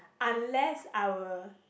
unless our